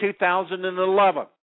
2011